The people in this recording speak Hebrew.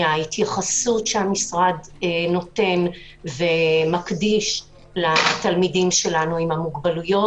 מההתייחסות שהמשרד נותן ומקדיש לתלמידינו עם המוגבלויות.